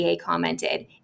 commented